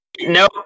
No